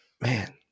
Man